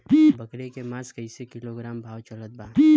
बकरी के मांस कईसे किलोग्राम भाव चलत बा?